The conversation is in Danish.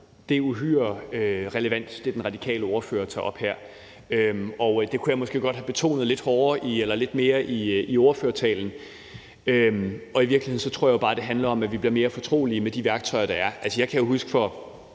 Peter Kofod (DF): Det, den radikale ordfører tager op her, er uhyre relevant, og det kunne jeg måske godt have betonet lidt mere i ordførertalen. I virkeligheden tror jeg bare, det handler om, at vi bliver mere fortrolige med de værktøjer, der er.